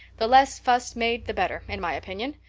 the less fuss made the better, in my opinion.